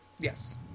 Yes